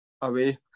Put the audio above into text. away